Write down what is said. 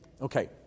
Okay